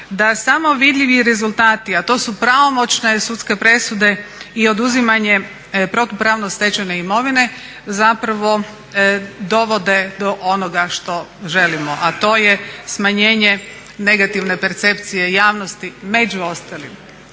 da samo vidljivi rezultati a to su pravomoćne sudske presude i oduzimanje protupravno stečene imovine zapravo dovode do onoga što želimo a to je smanjenje negativne percepcije javnosti među ostalim.